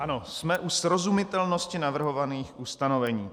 Ano, jsme u srozumitelnosti navrhovaných ustanovení.